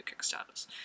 Kickstarters